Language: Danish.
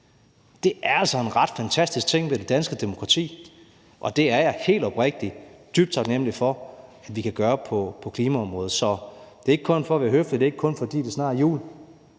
Det er altså en ret fantastisk ting ved det danske demokrati, og det er jeg helt oprigtigt dybt taknemlig for at vi kan gøre på klimaområdet. Så det er ikke kun for at være høflig, og det er ikke kun, fordi det snart er jul: